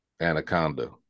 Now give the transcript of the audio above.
Anaconda